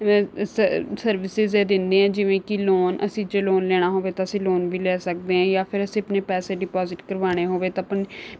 services ਇਹ ਦਿੰਦੇ ਹੈ ਜਿਵੇਂ ਕਿ ਲੋਨ ਅਸੀਂ ਜੇ ਲੋਨ ਲੈਣਾ ਹੋਵੇ ਤਾਂ ਅਸੀਂ ਲੋਨ ਵੀ ਲੈ ਸਕਦੇ ਹਾਂ ਜਾਂ ਫਿਰ ਅਸੀਂ ਆਪਣੇ ਪੈਸੇ ਡਿਪੋਜ਼ਿਟ ਕਰਵਾਉਣੇ ਹੋਵੇ ਤਾਂ